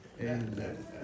Amen